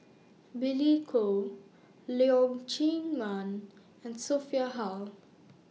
Billy Koh Leong Chee Mun and Sophia Hull